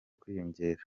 kwiyongera